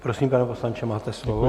Prosím, pane poslanče, máte slovo.